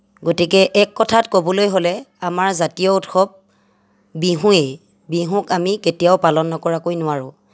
গতিকে এক কথাত ক'বলৈ হ'লে আমাৰ জাতীয় উৎসৱ বিহুৱেই বিহুক আমি কেতিয়াও পালন নকৰাকৈ নোৱাৰোঁ